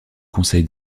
conseil